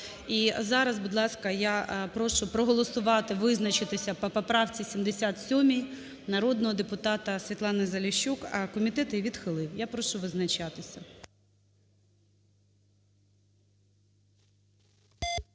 зараз, будь ласка, я прошу проголосувати, визначитися по поправці 77 народного депутата Світлани Заліщук. А комітет її відхилив. Я прошу визначатися.